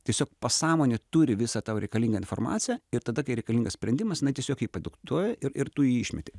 tiesiog pasąmonė turi visą tau reikalingą informaciją ir tada kai reikalingas sprendimas jinai tiesiog jį padiktuoja ir ir tu jį išmeti